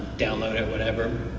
download it, whatever.